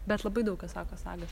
bet labai daug kas sako saga